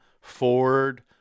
Ford